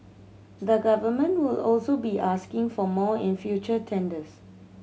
the Government will also be asking for more in future tenders